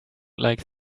like